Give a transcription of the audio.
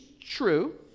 true